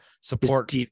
support